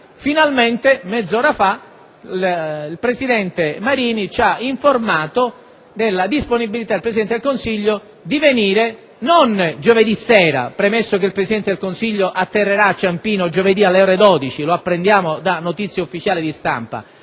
italiani, mezz'ora fa il presidente Marini ci ha informato della disponibilità del Presidente del Consiglio di venire, non giovedì sera, premesso che il Presidente del Consiglio atterrerà a Ciampino giovedì alle ore 12, come apprendiamo da notizie ufficiali di stampa,